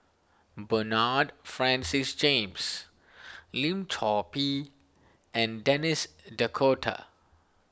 Bernard Francis James Lim Chor Pee and Denis D'Cotta